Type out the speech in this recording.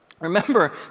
remember